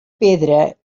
pedra